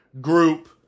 group